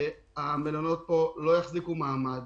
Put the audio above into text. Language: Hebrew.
המלונות פה לא יחזיקו מעמד.